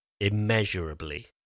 immeasurably